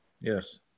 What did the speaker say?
Yes